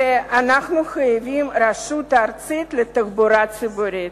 שאנחנו חייבים רשות ארצית לתחבורה ציבורית.